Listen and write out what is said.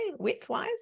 widthwise